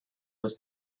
was